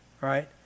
Right